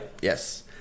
Yes